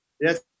Yes